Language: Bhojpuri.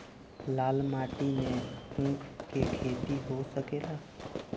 लाल माटी मे ऊँख के खेती हो सकेला?